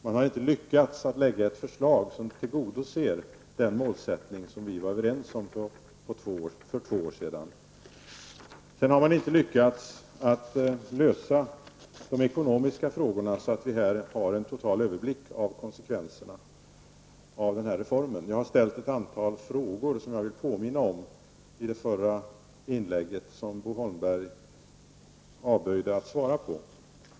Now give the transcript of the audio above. Man har inte lyckats framlägga ett förslag som tillgodoser den målsättning vi var överens om för två år sedan. Man har inte heller lyckats att lösa de ekonomiska frågorna så att vi här har en total överblick av konsekvenserna av denna reform. I mitt förra inlägg ställde jag ett antal frågor som jag vill påminna om och som Bo Holmberg avböjde att svara på.